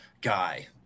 guy